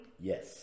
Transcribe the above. Yes